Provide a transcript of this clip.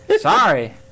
Sorry